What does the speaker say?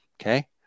Okay